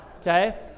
Okay